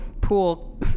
pool